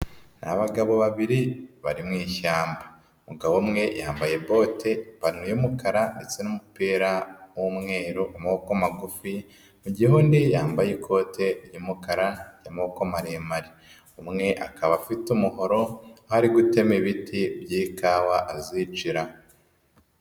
Ni abagabo babiri bari mu ishyamba, umugabo umwe yambaye bote, ipantaro y'umukara ndetse n'umupira w'umweru w'amoboko magufi, mu gihe yambaye ikote ry'umukara ry'amaboko maremare, umwe akaba afite umuhoro aho ari gutema ibiti by'ikawa azicira.